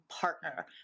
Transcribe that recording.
partner